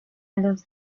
los